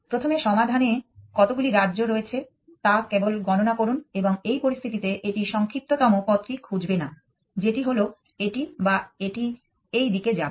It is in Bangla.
প্রথমে সমাধানে কতগুলি রাজ্য রয়েছে তা কেবল গণনা করুন এবং এই পরিস্থিতিতে এটি সংক্ষিপ্ততম পথটি খুঁজবে না যেটি হলো এটি বা এটি এই দিকে যাবে